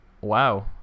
Wow